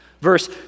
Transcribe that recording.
Verse